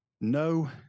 No